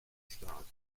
stark